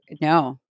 no